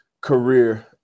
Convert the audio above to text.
career